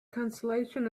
consolation